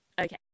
okay